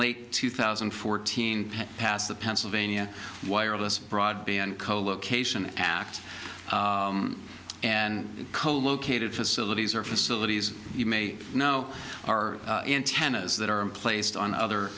late two thousand and fourteen passed the pennsylvania wireless broadband co location act and coal located facilities are facilities you may know are in tennis that are placed on other